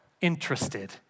interested